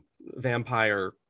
vampire